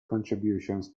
contributions